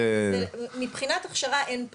מבחינת הכשרה, אין פער,